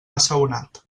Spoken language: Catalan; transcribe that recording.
assaonat